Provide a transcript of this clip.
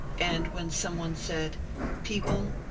and when some one said people,